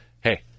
hey